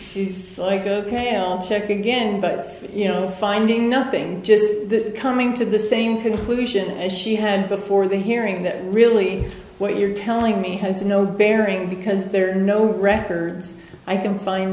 and he's like ok i'll check again but you know finding nothing just coming to the same conclusion as she had before the hearing that really what you're telling me has no bearing because there are no records i can find